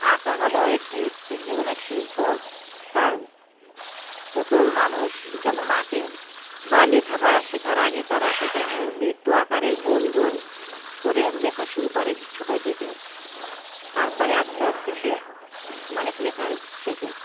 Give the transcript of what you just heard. আঁকা হলো একটি স্ত্রী জীবনের শিল্পর কাজ প্রথম মানুষ যখন আঁকে বা লেখাপড়া শেখার আগে তারা প্রথমে বৃত্ত আকারে গোল গোল করে লেখা শুরু করে ছোট থেকে তার পরে আস্তে আস্তে সে অনেক লেখা শেখে